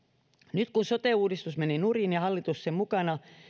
nyt kun sote uudistus meni nurin ja hallitus sen mukana